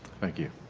thank you.